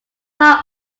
how